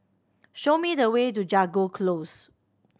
show me the way to Jago Close